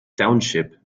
township